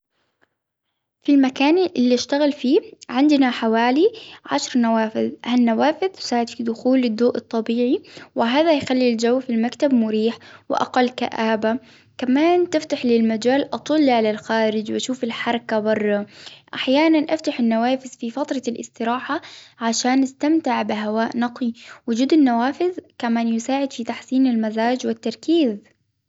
في مكاني اللي اشتغل فيه عندنا حوالي عشر نوافذ هالنوافذ تساعد دخول الضوء الطبيعي، وهذا يخلي الجو في المكتب مريح وأقل كآبة، كمان تفتح للمجال أطل على الخارج وأشوف الحركة برا، أحيانا أفتح النوافذ في فترة الإستراحة عشان أستمتع بهواء نقي ، وجود النوافذ كمان يساعد في تحسين المزاج والتركيز.